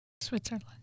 Switzerland